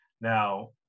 Now